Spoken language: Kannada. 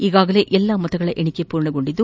ಈಗಾಗಲೇ ಎಲ್ಲಾ ಮತಗಳ ಎಣಿಕೆ ಪೂರ್ಣಗೊಂಡಿದ್ದು